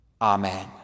Amen